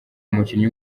umukinnyi